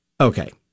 Okay